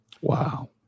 Wow